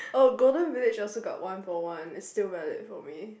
oh Golden Village also got one for one is valid for me